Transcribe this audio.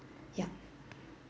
yup